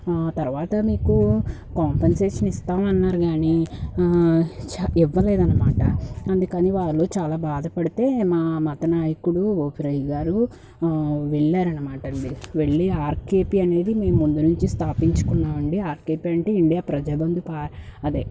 తర్వాత మీకు కాంపెన్సేషన్ ఇస్తామన్నారు కానీ ఇవ్వలేదన్నమాట అందుకని వాళ్ళు చాలా బాధ పడితే మా మత నాయకుడు ఓఫిరయ్య గారు వెళ్ళారనమాట అండి వెళ్ళీ ఆర్కేపీ అనేది మేము ముందు నుండి స్థాపించుకున్నాం అండి ఆర్కేపీ అంటే ఇండియా ప్రజాబంధు పార్ అదే